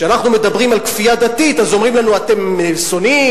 שכשאנחנו מדברים על כפייה דתית אומרים לנו: אתם שונאים,